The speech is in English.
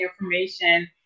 information